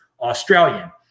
Australian